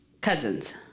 cousins